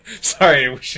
Sorry